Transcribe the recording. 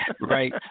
Right